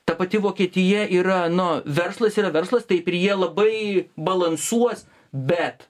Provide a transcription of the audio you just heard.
ta pati vokietija yra nu verslas yra verslas taip ir jie labai balansuos bet